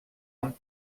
amb